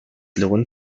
lohnt